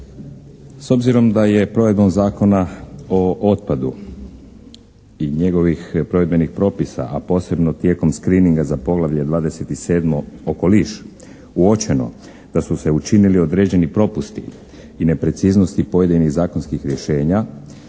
S obzirom da je provedbom Zakon o otpadu i njegovih provedbenih propisa, a posebno tijekom screeninga za Poglavlje 27 "Okoliš" uočeno da su se učinili određeni propusti i nepreciznosti pojedinih zakonskih rješenja